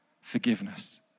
forgiveness